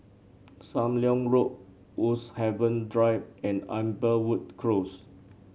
Sam Leong Road Woodhaven Drive and Amberwood Close